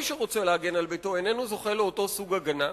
שרוצה להגן על ביתו איננו זוכה לאותו סוג הגנה,